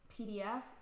pdf